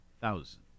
thousand